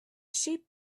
sheep